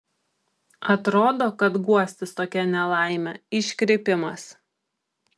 atrodo kad guostis tokia nelaime iškrypimas